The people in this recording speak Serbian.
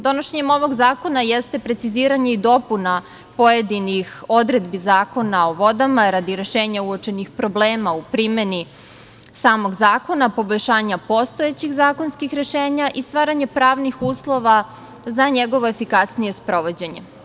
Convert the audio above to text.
Donošenje ovog zakona jeste preciziranje i dopuna pojedinih odredaba Zakona o vodama, radi rešenja uočenih problema u primeni samog zakona, poboljšanja postojećih zakonskih rešenja i stvaranje pravnih uslova za njegovo efikasnije sprovođenje.